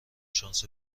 شانس